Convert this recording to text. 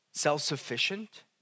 self-sufficient